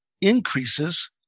increases